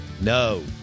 No